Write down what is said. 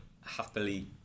happily